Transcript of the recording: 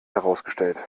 herausgestellt